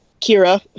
Kira